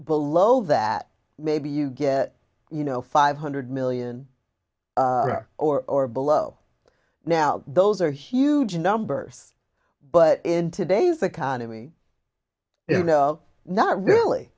below that maybe you get you know five hundred million or or below now those are huge numbers but in today's economy you know not really